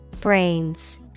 Brains